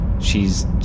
shes